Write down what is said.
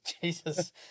Jesus